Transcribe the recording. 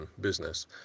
business